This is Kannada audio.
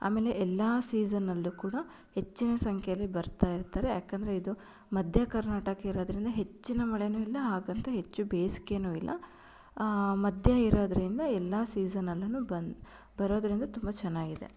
ಆಮೇಲೆ ಎಲ್ಲಾ ಸೀಸನ್ನಲ್ಲೂ ಕೂಡ ಹೆಚ್ಚಿನ ಸಂಖ್ಯೆಯಲ್ಲಿ ಬರ್ತಾ ಇರ್ತಾರೆ ಯಾಕಂದರೆ ಇದು ಮಧ್ಯ ಕರ್ನಾಟಕ ಇರೋದರಿಂದ ಹೆಚ್ಚಿನ ಮಳೆನೂ ಇಲ್ಲ ಹಾಗಂತ ಹೆಚ್ಚು ಬೇಸಿಗೆನೂ ಇಲ್ಲ ಮಧ್ಯೆ ಇರೋದರಿಂದ ಎಲ್ಲ ಸೀಸನಲ್ಲು ಬಂದು ಬರೋದರಿಂದ ತುಂಬ ಚೆನ್ನಾಗಿದೆ